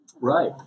Right